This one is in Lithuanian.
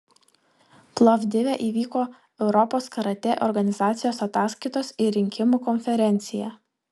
plovdive įvyko europos karatė organizacijos ataskaitos ir rinkimų konferencija